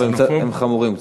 אבל הם חמורים קצת,